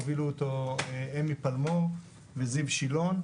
הובילו אותו אמי פלמור וזיו שילון,